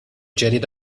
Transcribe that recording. jetted